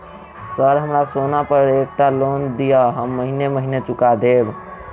Sir हमरा सोना पर एकटा लोन दिऽ हम महीने महीने चुका देब?